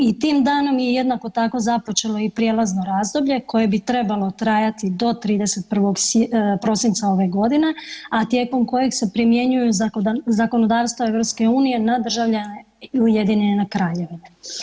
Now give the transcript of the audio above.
I tim danom je jednako tako započelo i prijelazno razdoblje koje bi trebalo trajati do 31. prosinca ove godine, a tijekom kojeg se primjenjuju zakonodavstva EU na državljane Ujedinjene Kraljevine.